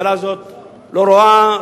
הממשלה הזאת לא רואה,